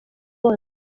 bose